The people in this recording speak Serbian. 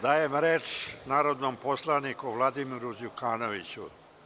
Dajem reč narodnom poslaniku Vladimiru Đukanoviću.